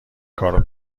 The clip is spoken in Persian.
کارو